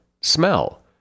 smell